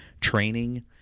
training